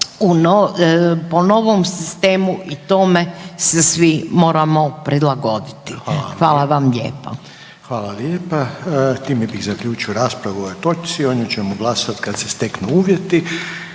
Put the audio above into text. po novom sistemu i tome se svi moramo prilagoditi. Hvala vam lijepa. **Reiner, Željko (HDZ)** Hvala lijepa. Time bih zaključio raspravu o ovoj toči, o njoj ćemo glasati kad se steknu uvjeti.